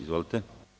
Izvolite.